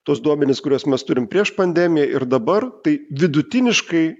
tuos duomenis kuriuos mes turim prieš pandemiją ir dabar tai vidutiniškai